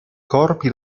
corpi